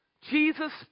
Jesus